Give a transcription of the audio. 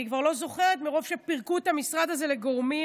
אני כבר לא זוכרת מרוב שפירקו את המשרד הזה לגורמים.